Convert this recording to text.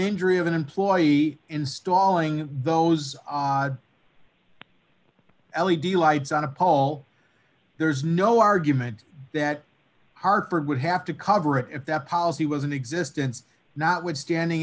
injury of an employee installing those odd l e d lights on a ball there is no argument that hartford would have to cover it at that policy was in existence notwithstanding